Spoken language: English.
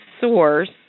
source